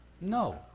No